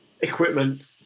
Equipment